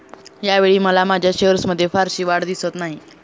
यावेळी मला माझ्या शेअर्समध्ये फारशी वाढ दिसत नाही